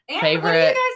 favorite